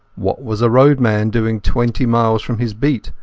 what was a roadman doing twenty miles from his beat,